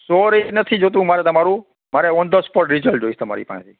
sorry નથી જોતું મારે તમારું મારે ઓન ધ સ્પોટ રિઝલ્ટ જોઈશ તમારી પાસેથી